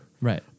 Right